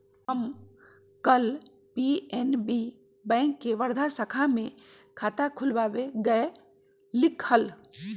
हम कल PNB bank के वर्धा शाखा में खाता खुलवावे गय लीक हल